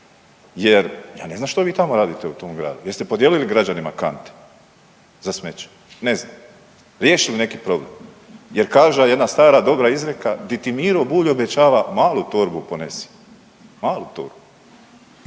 jer ja ne znam što vi tamo radite u tom gradu. Jeste podijelili građanima kante za smeće? Ne znam, riješili neki problem, jer kaže jedna stara dobra izreka di ti Miro Bulj obećava malu torbu ponesi, malu torbu.